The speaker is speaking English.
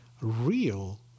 real